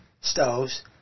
stoves